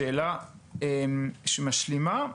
שאלה שמשלימה,